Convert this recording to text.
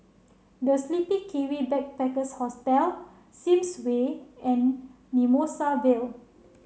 The Sleepy Kiwi Backpackers Hostel Sims Way and Mimosa Vale